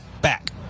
back